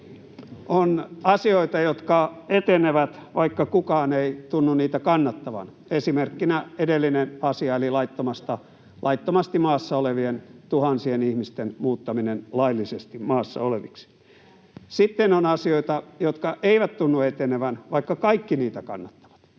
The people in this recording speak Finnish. On asioita, jotka etenevät, vaikka kukaan ei tunnu niitä kannattavan, esimerkkinä edellinen asia eli laittomasti maassa olevien tuhansien ihmisten muuttaminen laillisesti maassa oleviksi. Sitten on asioita, jotka eivät tunnu etenevän, vaikka kaikki niitä kannattavat.